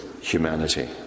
humanity